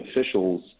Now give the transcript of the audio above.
officials